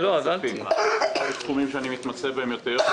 יש תחומים שאני מתמצא בהם יותר.